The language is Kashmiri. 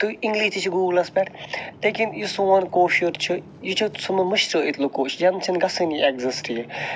تُہۍ اِنٛگلِش تہِ چھِ گوٗگلَس پیٚٹھ لیکن یہِ سون کوشُر چھُ یہِ چھُ ژھُنمُت مٔشرٲیِتھ لُکو زَن چھُ نہٕ گَژھینی ایٚگزِسٹ یہِ